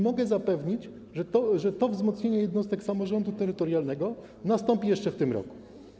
Mogę zapewnić, że to wzmocnienie jednostek samorządu terytorialnego nastąpi jeszcze w tym roku.